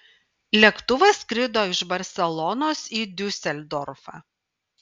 lėktuvas skrido iš barselonos į diuseldorfą